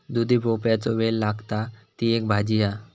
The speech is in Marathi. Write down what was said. दुधी भोपळ्याचो वेल लागता, ती एक भाजी हा